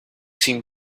seem